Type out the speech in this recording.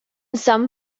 some